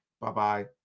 Bye-bye